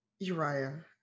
Uriah